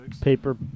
Paper